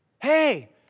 hey